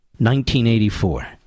1984